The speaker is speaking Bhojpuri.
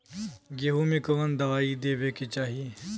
गेहूँ मे कवन दवाई देवे के चाही?